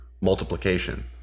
multiplication